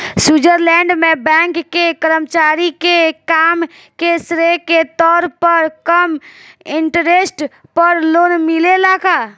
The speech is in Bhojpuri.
स्वीट्जरलैंड में बैंक के कर्मचारी के काम के श्रेय के तौर पर कम इंटरेस्ट पर लोन मिलेला का?